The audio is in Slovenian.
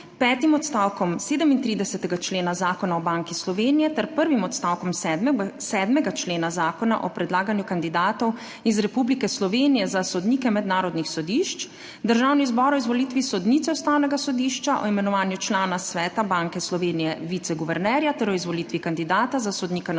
petim odstavkom 37. člena Zakona o Banki Slovenije ter prvim odstavkom 7. člena Zakona o predlaganju kandidatov iz Republike Slovenije za sodnike mednarodnih sodišč Državni zbor o izvolitvi sodnice Ustavnega sodišča, o imenovanju člana Sveta Banke Slovenije - viceguvernerja ter o izvolitvi kandidata za sodnika na